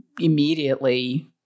immediately